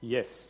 Yes